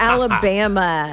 Alabama